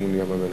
לכיוון ים-המלח.